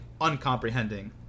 uncomprehending